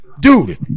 Dude